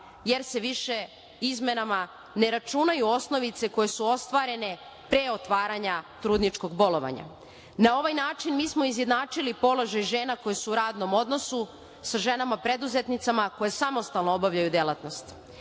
jer se više izmenama ne računaju osnovice koje su ostvarene pre otvaranja grudničkog bolovanja. Na ovaj način smo izjednačili položaj žene koje su u radnom odnosu sa ženama preduzetnicama koje samostalno obavljaju delatnost.